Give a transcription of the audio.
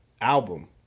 album